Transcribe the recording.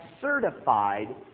certified